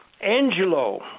Angelo